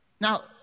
Now